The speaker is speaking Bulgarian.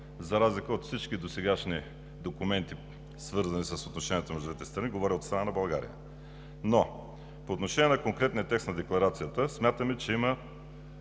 за разлика от всички досегашни документи, свързани с отношенията между двете страни – говоря от страна на България. По отношение на конкретния текст на декларацията смятаме, че има